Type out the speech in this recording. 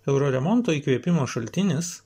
euro remonto įkvėpimo šaltinis